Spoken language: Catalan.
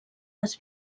les